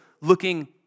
looking